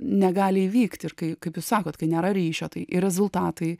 negali įvykti ir kai kaip jūs sakot kai nėra ryšio tai ir rezultatai